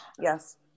Yes